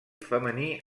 femení